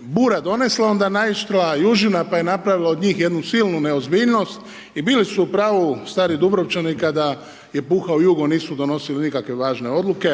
bura donesla a onda naišla južina pa je napravila od njih jednu silnu neozbiljnost. I bili su u pravu stari Dubrovčani, kada je puhao jugo nisu donosili nikakve važne odluke.